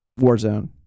Warzone